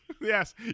Yes